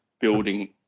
building